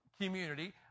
community